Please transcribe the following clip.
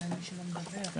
הולם.